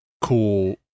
cool